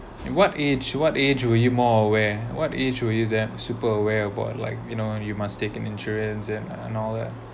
what age what age will you more aware what age will you that super aware about like you know you must take an insurance and and all that